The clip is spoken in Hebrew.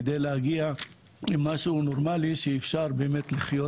על מנת להגיע למשהו נורמלי שאפשר באמת לחיות,